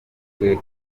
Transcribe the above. bwo